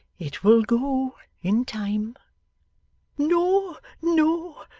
it will go in time no no,